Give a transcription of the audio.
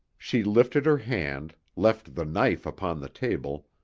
she lifted her hand, left the knife upon the table,